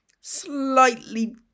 Slightly